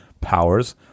powers